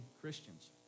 Christians